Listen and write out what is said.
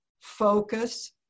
focus